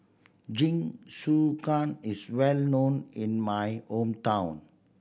jingisukan is well known in my hometown